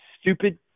stupid